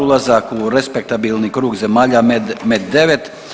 Ulazak u respektabilni krug zemalja MED, MED9.